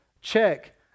check